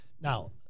Now